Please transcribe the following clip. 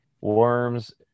worms